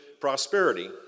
prosperity